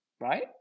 right